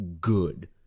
good